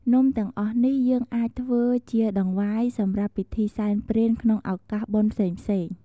នំទាំងអស់នេះយើងអាចធ្វើជាដង្វាយសម្រាប់ពិធីសែនព្រេនក្នុងឧកាសបុណ្យផ្សេងៗ។